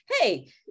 hey